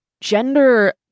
gender